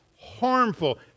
harmful